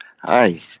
Hi